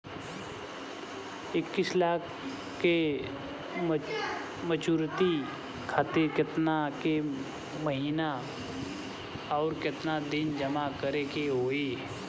इक्कीस लाख के मचुरिती खातिर केतना के महीना आउरकेतना दिन जमा करे के होई?